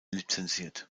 lizenziert